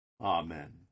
Amen